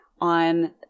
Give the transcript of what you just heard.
on